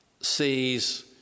sees